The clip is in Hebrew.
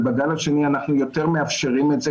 ובגל השני אנחנו יותר מאפשרים את זה,